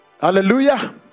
Hallelujah